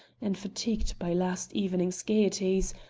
and fatigued by last evening's gaieties,